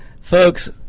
Folks